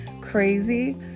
crazy